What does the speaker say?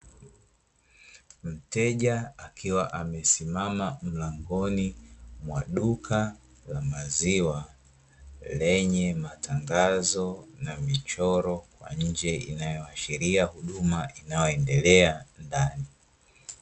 Mteja akiwa amesimama mlangoni mwa duka la maziwa lenye matangazo na michoro kwa nje, inayoashiria huduma inayoendelea ndani.